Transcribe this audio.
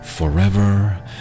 forever